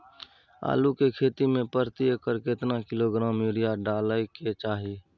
आलू के खेती में प्रति एकर केतना किलोग्राम यूरिया डालय के चाही?